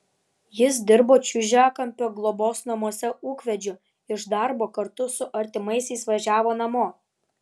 jis dirbo čiužiakampio globos namuose ūkvedžiu iš darbo kartu su artimaisiais važiavo namo